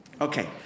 Okay